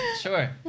Sure